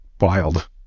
wild